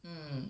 mm